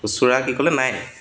খুচুৰা কি ক'লে নাই